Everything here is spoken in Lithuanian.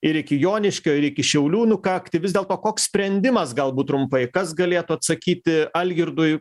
ir iki joniškio ir iki šiaulių nukakti vis dėlto koks sprendimas galbūt trumpai kas galėtų atsakyti algirdui